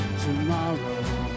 tomorrow